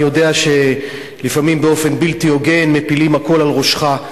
אני יודע שלפעמים באופן בלתי הוגן מפילים הכול על ראשך.